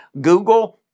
Google